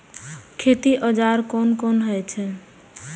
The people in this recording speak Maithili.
खेती औजार कोन कोन होई छै?